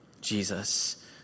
Jesus